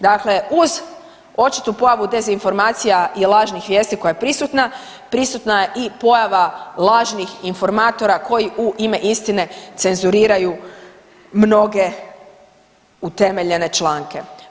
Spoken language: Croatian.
Dakle uz očitu pojavu dezinformacija i lažnih vijesti koja je prisutna, prisutna je i pojava lažnih informatora koji u ime istine cenzuriraju mnoge utemeljene članke.